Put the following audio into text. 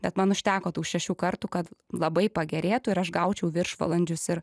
bet man užteko tų šešių kartų kad labai pagerėtų ir aš gaučiau viršvalandžius ir